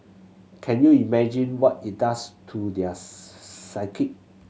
can you imagine what it does to their psyche